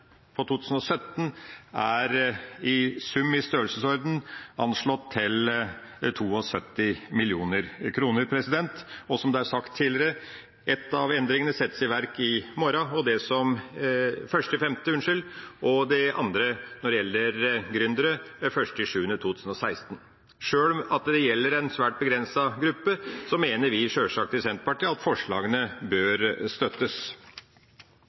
2017 er i sum anslått til i størrelsesorden 72 mill. kr, og som det er sagt tidligere: En av endringene settes i verk 1. mai, og den andre, når det gjelder gründere, 1. juli 2016. Sjøl om det gjelder en svært begrenset gruppe, mener vi i Senterpartiet sjølsagt at forslagene bør støttes.